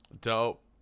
dope